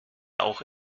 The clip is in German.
auch